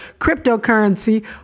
cryptocurrency